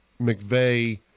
McVeigh